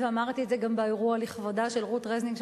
ואמרתי את זה גם באירוע לכבודה של רות רזניק,